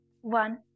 one